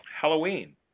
Halloween